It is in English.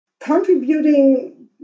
Contributing